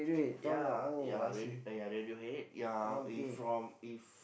ya ya Rad~ ya Radiohead ya he from if